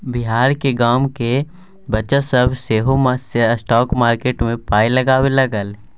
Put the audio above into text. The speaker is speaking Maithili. बिहारक गामक बच्चा सभ सेहो स्टॉक बजार मे पाय लगबै लागल